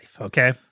okay